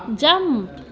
jump